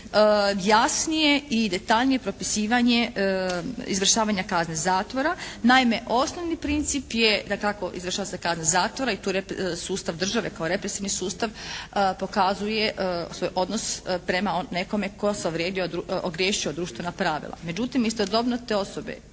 jasnije i detaljnije propisivanje izvršavanja kazne zatvora. Naime, osnovni princip je dakako izvršava se kazna zatvora i tu sustav države kao represivni sustav pokazuje svoj odnos prema nekome tko se ogriješio o društvena pravila. Međutim, istodobno te osobe